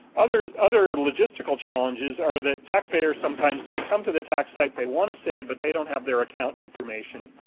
other other logistical challenges are that taxpayers sometimes they come to the tax site, they want to save but they don't have their account information.